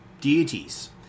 deities